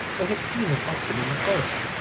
they had seen him often in the forest,